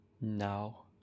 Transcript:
Now